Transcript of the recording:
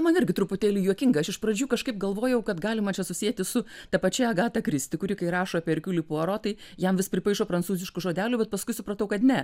man irgi truputėlį juokinga aš iš pradžių kažkaip galvojau kad galima čia susieti su ta pačia agata kristi kuri kai rašo apie erkiulį puaro tai jam vis pripaišo prancūziškų žodelių bet paskui supratau kad ne